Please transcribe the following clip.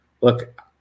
Look